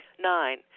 Nine